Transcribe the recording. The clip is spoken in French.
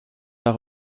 pas